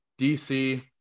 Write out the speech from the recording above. DC